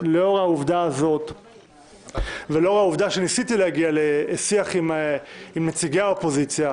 לאור זה ולאור העובדה שניסיתי להגיע לשיח עם נציגי האופוזיציה,